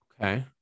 Okay